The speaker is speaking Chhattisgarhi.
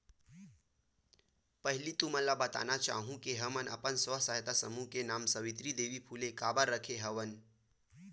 पहिली तुमन ल बताना चाहूँ के हमन अपन स्व सहायता समूह के नांव सावित्री देवी फूले काबर रखे हवन